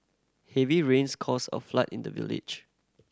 heavy rains caused a flood in the village